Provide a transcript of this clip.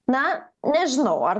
na nežinau ar